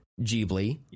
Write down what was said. Ghibli